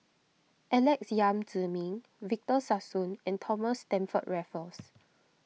Alex Yam Ziming Victor Sassoon and Thomas Stamford Raffles